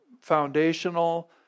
foundational